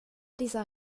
dieser